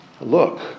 look